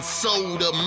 soda